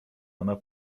ona